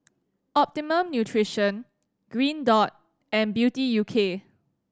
Optimum Nutrition Green Dot and Beauty U K